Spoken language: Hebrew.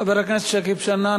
חבר הכנסת שכיב שנאן,